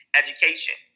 education